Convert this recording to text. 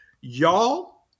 y'all